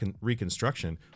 reconstruction